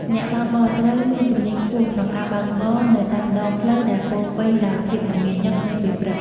អ្នកបើកបរ ត្រូវមានជំនាញខ្ពស់ក្នុងការបើកបរនៅតាមដងផ្លូវដែលពោរពេញដោយភាពមមាញឹកនៅពេលព្រឹក។